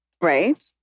Right